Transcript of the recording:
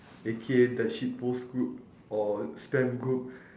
A_K_A the shit post group or spam group